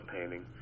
painting